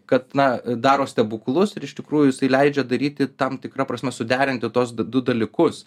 kad na daro stebuklus ir iš tikrųjų jisai leidžia daryti tam tikra prasme suderinti tuos du dalykus